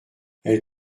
elle